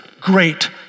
great